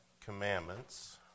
Commandments